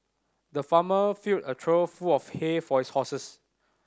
the farmer filled a trough full of hay for his horses